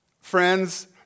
friends